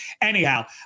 anyhow